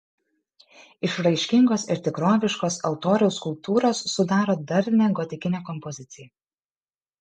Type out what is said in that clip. išraiškingos ir tikroviškos altoriaus skulptūros sudaro darnią gotikinę kompoziciją